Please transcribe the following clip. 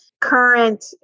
current